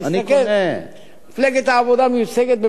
מפלגת העבודה מיוצגת,